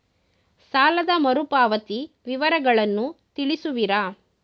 ಸಾಲದ ಮರುಪಾವತಿ ವಿವರಗಳನ್ನು ತಿಳಿಸುವಿರಾ?